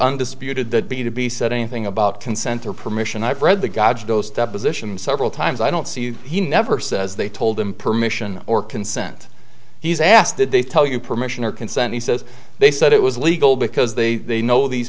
undisputed that b to be said anything about consent or permission i've read the gods of those depositions several times i don't see he never says they told him permission or consent he's asked did they tell you permission or consent he says they said it was legal because they know these